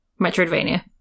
Metroidvania